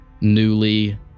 newly